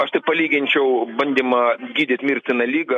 aš tai palyginčiau bandymą gydyt mirtiną ligą